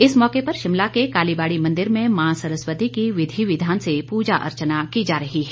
इस मौके पर शिमला के कालीबाड़ी मंदिर में मां सरस्वती की विधि विधान से पूजा अर्चना की जा रही है